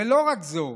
ולא רק זו,